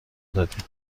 دادیم